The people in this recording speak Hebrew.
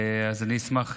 אשמח,